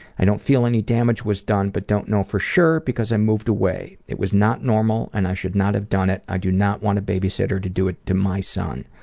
i don't feel any damage was done but don't know for sure because i moved away. it was not normal and i should not have done it. i do not want any babysitter to do it to my son.